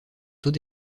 taux